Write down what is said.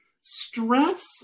Stress